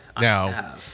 Now